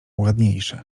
ładniejsze